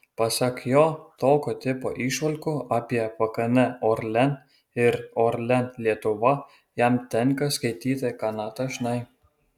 pasak jo tokio tipo įžvalgų apie pkn orlen ir orlen lietuva jam tenka skaityti gana dažnai